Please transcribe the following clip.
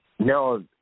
No